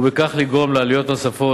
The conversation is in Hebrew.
ובכך לגרום לעליות נוספות,